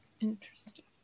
Interesting